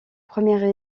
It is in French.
premières